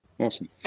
Awesome